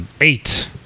Eight